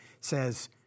says